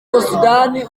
soudan